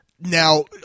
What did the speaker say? now